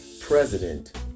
president